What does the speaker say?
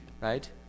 Right